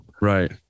right